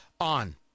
on